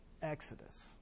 exodus